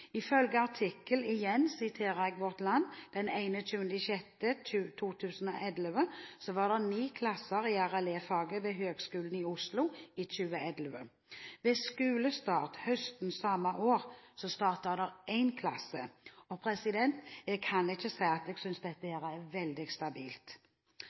Ifølge artikkel i Vårt Land den 21. juni 2011 var det ni klasser i RLE-faget ved Høgskolen i Oslo i 2011. Ved skolestart høsten samme år starter det én klasse. Jeg kan ikke si at jeg synes at dette